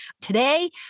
Today